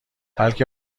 بلکه